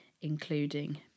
including